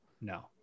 No